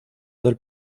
del